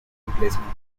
replacement